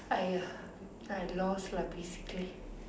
I I lost lah basically